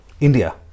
India